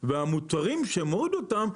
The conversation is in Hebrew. והמוצרים שהורידו אותם,